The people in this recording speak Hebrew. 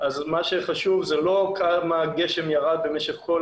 מה שחשוב זה לא כמה גשם ירד במשך כל